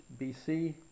BC